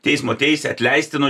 teismo teisė atleisti nuo